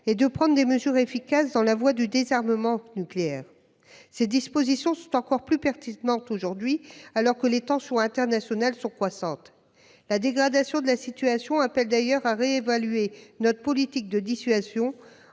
et de prendre des mesures efficaces dans la voie du désarmement nucléaire ». Ces dispositions sont encore plus pertinentes à l'heure où les tensions internationales sont croissantes. La dégradation de la situation appelle à réévaluer notre politique de dissuasion